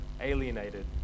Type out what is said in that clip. alienated